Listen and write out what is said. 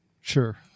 Sure